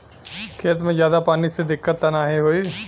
खेत में ज्यादा पानी से दिक्कत त नाही होई?